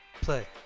Play